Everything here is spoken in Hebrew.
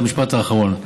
על המשפט האחרון: